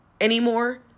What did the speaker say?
anymore